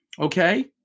Okay